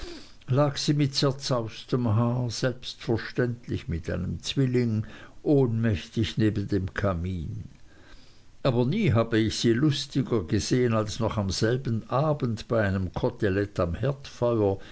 sie mit zerrauftem haar selbstverständlich mit einem zwilling ohnmächtig neben dem kamin aber nie habe ich sie lustiger gesehen als noch am selben abend bei einem kotelett am